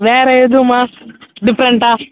வேறு எதும்மா டிஃப்ரண்ட்டாக